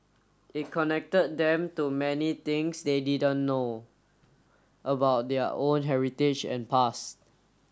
it connected them to many things they didn't know about their own heritage and pass